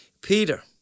Peter